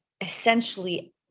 essentially